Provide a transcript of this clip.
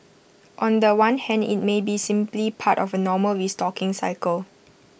on The One hand IT may be simply part of A normal restocking cycle